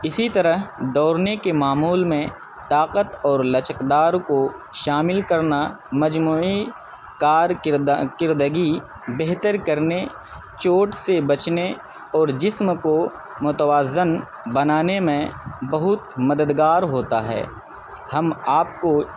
اسی طرح دوڑنے کے معمول میں طاقت اور لچکدار کو شامل کرنا مجموعی کار کردگی بہتر کرنے چوٹ سے بچنے اور جسم کو متوازن بنانے میں بہت مدد گار ہوتا ہے ہم آپ کو